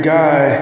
guy